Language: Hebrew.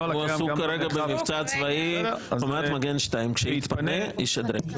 הוא כרגע במבצע צבאי, חומת מגן 2. כשיתפנה, ישדרג.